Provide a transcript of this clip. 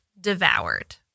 devoured